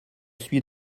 suis